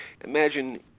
imagine